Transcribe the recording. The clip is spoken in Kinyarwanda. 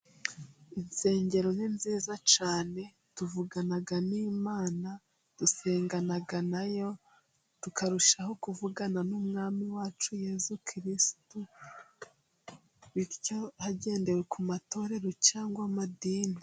Insengero ni nziza cyane tuvugana n'Imana dusengana nayo tukarushaho kuvugana n'umwami wacu yezu kirisitu bityo hagendewe ku matorero cyangwa amadini.